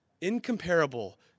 incomparable